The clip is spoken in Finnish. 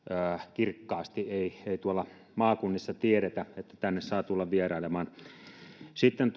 kirkkaasti ei ei tuolla maakunnissa tiedetä tänne saa tulla vierailemaan sitten